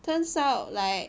turns out like